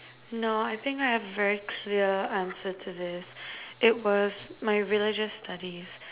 no I think I have very clear answer to this it was my religious study